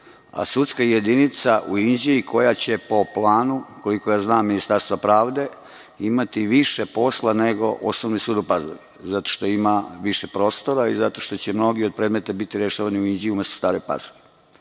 a sudska jedinica u Inđiji koja će po planu, koliko znam, Ministarstva pravde imati više posla nego Osnovni sud u Pazovi, zato što ima više prostora i zato što će mnogi od predmeta biti rešavani u Inđiji umesto u Staroj Pazovi.